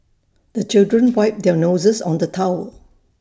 the children wipe their noses on the towel